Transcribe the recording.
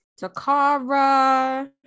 takara